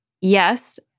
Yes